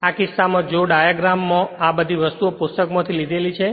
આ કિસ્સામાં જોકે ડાયગ્રામ માં મેં આ બધી વસ્તુઓ પુસ્તકમાંથી લીધી છે